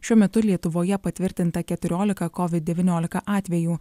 šiuo metu lietuvoje patvirtinta keturiolika covid devyniolika atvejų